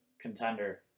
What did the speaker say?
contender